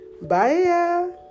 Bye